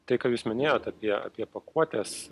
tik ką jūs minėjot apie apie pakuotes